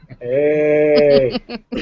Hey